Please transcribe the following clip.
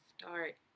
start